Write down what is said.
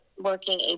working